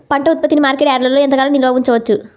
పంట ఉత్పత్తిని మార్కెట్ యార్డ్లలో ఎంతకాలం నిల్వ ఉంచవచ్చు?